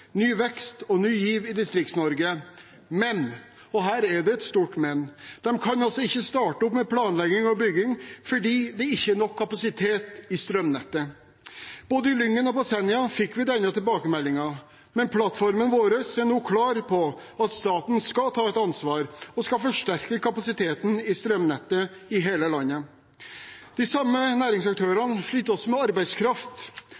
ny vekst og ny giv i Distrikts-Norge. Men – og her er det et stort men – de kan altså ikke starte opp med planlegging og bygging fordi det ikke er nok kapasitet i strømnettet. Både i Lyngen og på Senja fikk vi denne tilbakemeldingen, men plattformen vår er nå klar på at staten skal ta et ansvar og skal forsterke kapasiteten i strømnettet i hele landet. De samme